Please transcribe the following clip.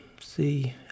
See